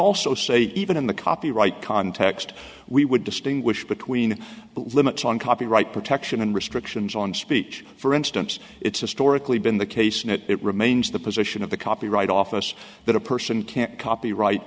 also say even in the copyright context we would distinguish between limits on copyright protection and restrictions on speech for instance it's historically been the case and it remains the position of the copyright office that a person can't copyright